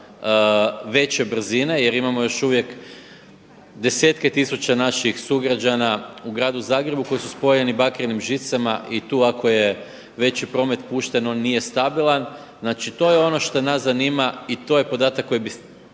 veće brzine jer imamo još uvijek desetke tisuća naših sugrađana u gradu Zagrebu koji su spojeni bakrenim žicama. I tu ako je veći promet pušten on nije stabilan. Znači, to je ono što nas zanima i to je podatak koji biste